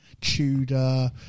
tudor